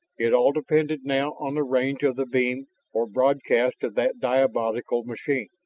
it all depended now on the range of the beam or broadcast of that diabolical machine.